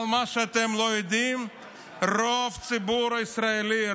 אבל מה שאתם לא יודעים הוא שרוב הציבור הישראלי,